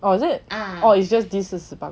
oh is it oh is just 这是十八块